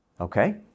Okay